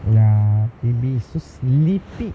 ya make me so sleepy